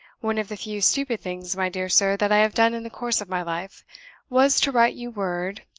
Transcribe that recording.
one of the few stupid things, my dear sir, that i have done in the course of my life was to write you word,